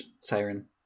Siren